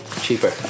Cheaper